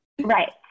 Right